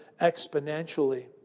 exponentially